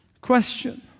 Question